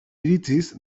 iritziz